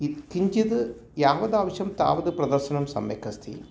इत् किञ्चित् यावदावश्यकं तावद् प्रदर्शनं सम्यक् अस्ति